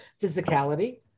physicality